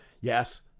Yes